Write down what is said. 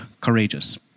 courageous